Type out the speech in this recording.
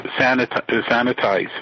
sanitize